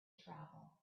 travel